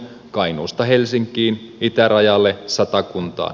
kainuusta helsinkiin itärajalle satakuntaan